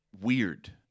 weird